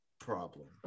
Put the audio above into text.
problem